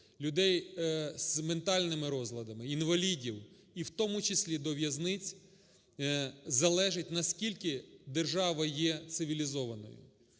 людей з ментальними розладами, інвалідів і у тому числі до в'язниць залежить, наскільки держава є цивілізованою.